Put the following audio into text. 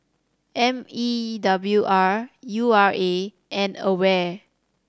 M E W R U R A and AWARE